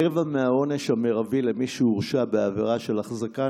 רבע מהעונש המרבי למי שהורשע בעבירה של החזקה,